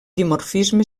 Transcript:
dimorfisme